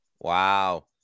Wow